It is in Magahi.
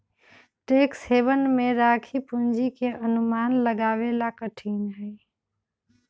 टैक्स हेवन में राखी पूंजी के अनुमान लगावे ला कठिन हई